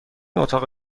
اتاق